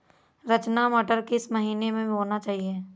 रचना मटर किस महीना में बोना चाहिए?